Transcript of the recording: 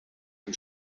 ein